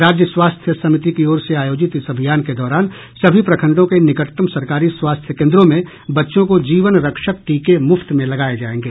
राज्य स्वास्थ्य समिति की ओर से आयोजित इस अभियान के दौरान सभी प्रखंडों के निकटतम सरकारी स्वास्थ्य केन्द्रों में बच्चों को जीवन रक्षक टीके मुफ्त में लगाए जाऐंगे